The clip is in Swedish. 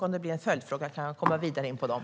Om jag får en följdfråga kan jag berätta mer om dessa.